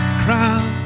crown